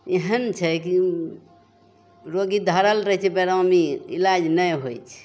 एहन छै कि ओ रोगी धरल रहै छै बेरामी इलाज नहि होइ छै